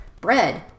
bread